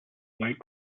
night